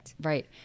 Right